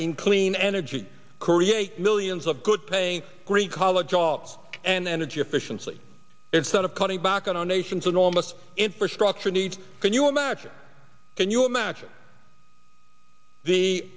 in clean energy create millions of good paying green collar jobs and energy efficiency instead of cutting back on our nation's enormous infrastructure needs can you imagine can you imagine the